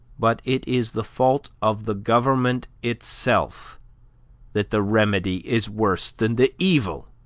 but it is the fault of the government itself that the remedy is worse than the evil.